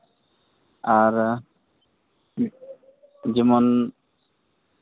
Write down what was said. ᱟᱨ ᱡᱮᱢᱚᱱ